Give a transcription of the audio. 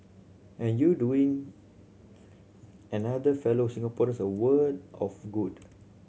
and you doing another fellow Singaporeans a world of good